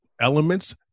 elements